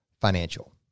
Financial